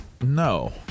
No